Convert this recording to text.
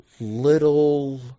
little